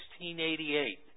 1688